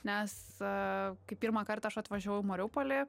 nes kai pirmą kartą aš atvažiavau į mariupolį